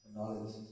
Knowledge